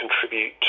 contribute